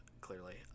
clearly